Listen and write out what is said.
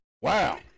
Wow